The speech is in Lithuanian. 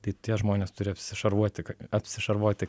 tai tie žmonės turi apsišarvuoti apsišarvuoti